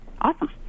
Awesome